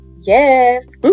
Yes